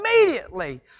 immediately